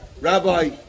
Rabbi